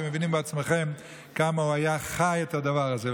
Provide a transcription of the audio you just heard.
אתם מבינים בעצמכם כמה הוא חי את הדבר הזה.